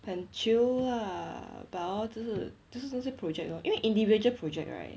can chill lah but hor 就是就是那些 project lor 因为 individual project right